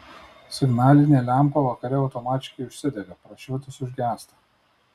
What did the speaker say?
signalinė lempa vakare automatiškai užsidega prašvitus užgęsta